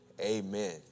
Amen